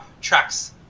tracks